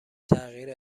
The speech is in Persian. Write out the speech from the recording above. تغییر